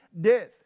death